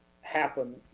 happen